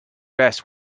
vest